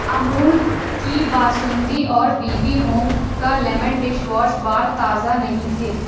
امول کی باسندی اور B B home کا لیمن ڈش واش بار تازہ نہیں تھے